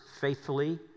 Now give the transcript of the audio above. faithfully